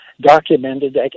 documented